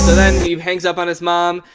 then he hangs up on his mom,